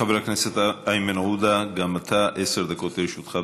חבר הכנסת איימן עודה, גם אתה, עשר דקות לרשותך,